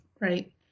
right